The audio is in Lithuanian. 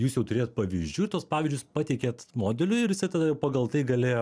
jūs jau turėjot pavyzdžių tuos pavyzdžius pateikėt modeliui ir jisai tada jau pagal tai galėjo